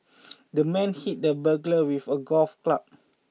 the man hit the burglar with a golf club